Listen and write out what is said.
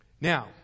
Now